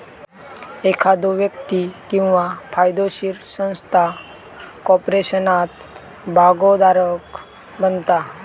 एखादो व्यक्ती किंवा कायदोशीर संस्था कॉर्पोरेशनात भागोधारक बनता